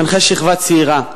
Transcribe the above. מנחה שכבה צעירה,